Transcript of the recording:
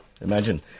Imagine